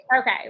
Okay